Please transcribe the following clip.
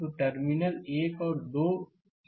तो यह टर्मिनल 1 और 2 है